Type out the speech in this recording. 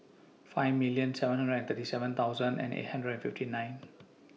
five million seven hundred and thirty seven thousand and eight hundred and fifty nine